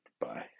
Bye